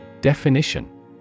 Definition